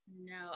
No